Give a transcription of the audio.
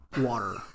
water